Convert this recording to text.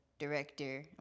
director